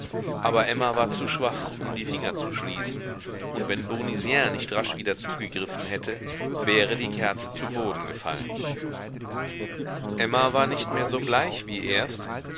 aber emma war zu schwach um die finger zu schließen und wenn bournisien nicht rasch wieder zugegriffen hätte wäre die kerze zu boden gefallen emma war nicht mehr so bleich wie erst